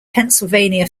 pennsylvania